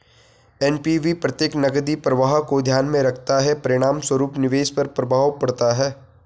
NPV प्रत्येक नकदी प्रवाह को ध्यान में रखता है, परिणामस्वरूप निवेश पर प्रभाव पड़ता है